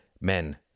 men